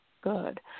good